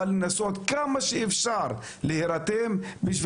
אבל לנסות כמה שיותר כדי להירתם כדי